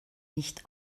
nicht